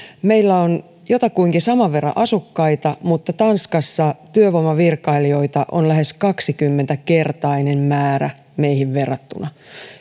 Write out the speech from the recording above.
meillä on jotakuinkin saman verran asukkaita mutta tanskassa työvoimavirkailijoita on lähes kaksikymmentäkertainen määrä meihin verrattuna